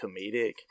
comedic